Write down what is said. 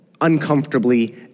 uncomfortably